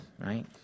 right